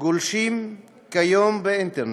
גולשים היום באינטרנט.